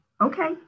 okay